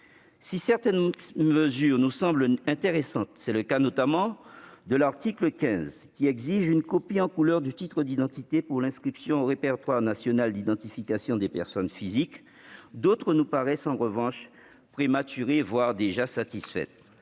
Si certaines mesures nous semblent intéressantes- c'est le cas notamment de l'article 15 qui exige une copie en couleur du titre d'identité pour l'inscription au répertoire national d'identification des personnes physiques -, d'autres nous paraissent en revanche prématurées, voire déjà satisfaites.